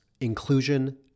inclusion